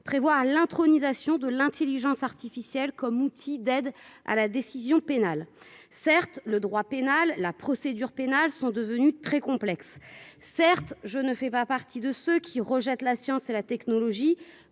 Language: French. prévoit l'intronisation de l'Intelligence artificielle comme outil d'aide à la décision pénale certes le droit pénal, la procédure pénale sont devenus très complexe, certes, je ne fais pas partie de ceux qui rejettent la science et la technologie